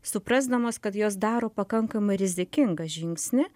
suprasdamos kad jos daro pakankamai rizikingą žingsnį